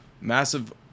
Massive